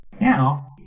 Now